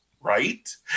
right